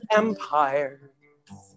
empires